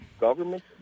government